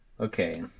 okay